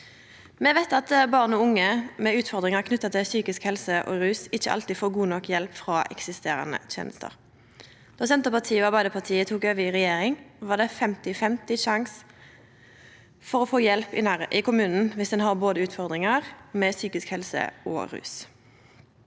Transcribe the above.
Me veit at barn og unge med utfordringar knytt til psykisk helse og rus ikkje alltid får god nok hjelp frå eksisterande tenester. Då Senterpartiet og Arbeidarpartiet overtok regjeringsmakta, var det ein 50/50-sjanse for å få hjelp i kommunen viss ein hadde utfordringar med både psykisk helse og rus.